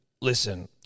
Listen